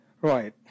Right